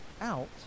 out